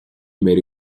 made